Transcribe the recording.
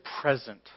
present